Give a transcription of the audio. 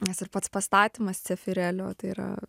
nes ir pats pastatymas cefirelio tai yra